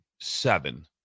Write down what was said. seven